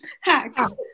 Hacks